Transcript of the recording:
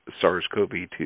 SARS-CoV-2